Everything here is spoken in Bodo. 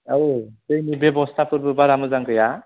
औ दैनि बेबस्थाफोरबो बारा मोजां गैया